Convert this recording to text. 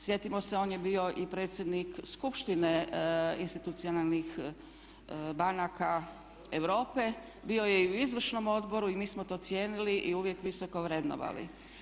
Sjetimo se on je bio i predsjednik Skupštine institucionalnih banaka Europe, bio je i u izvršnom odboru i mi smo to cijenili i uvijek visoko vrednovali.